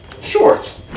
shorts